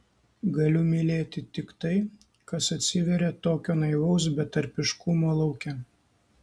galiu mylėti tik tai kas atsiveria tokio naivaus betarpiškumo lauke